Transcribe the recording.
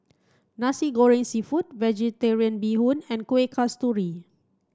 Nasi Goreng Seafood Vegetarian Bee Hoon and Kuih Kasturi